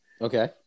Okay